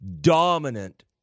dominant